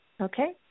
Okay